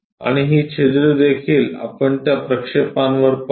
आणि ही छिद्रे देखील आपण त्या प्रक्षेपांवर पाहू